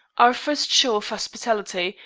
our first show of hospitality,